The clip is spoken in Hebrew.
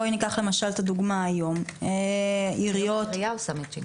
בואי ניקח למשל את הדוגמה היום: עיריות --- עירייה עושה מצ'ינג.